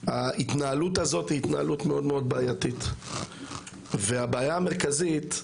ההתנהלות הזאת היא התנהלות מאוד מאוד בעייתית והבעיה המרכזית,